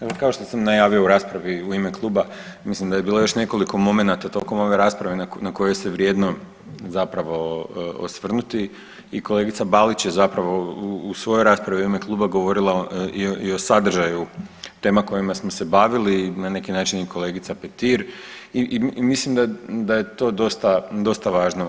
Evo kao što sam najavio u raspravi u ime kluba mislim da je bilo još nekoliko momenata tokom ove rasprave na koje se vrijedno zapravo osvrnuti i kolegica Balić je u svojoj raspravi u ime kluba govorila i o sadržaju tema kojima smo se bavili, na neki način i kolegica Petir i mislim da je to dosta važno.